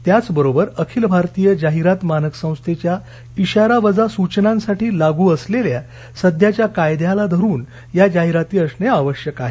त्याचबरोबर अखिल भारतीय जाहिरात मानक संस्थेच्या इशारावजा सूचनांसाठी लागू असलेल्या सध्याच्या कायद्याला धरून या जाहिराती असणे आवश्यक आहे